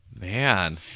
man